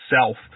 self